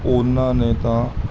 ਉਹਨਾਂ ਨੇ ਤਾਂ